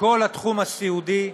בכל התחום הסיעודי,